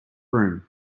room